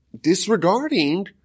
disregarding